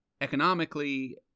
economically